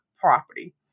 property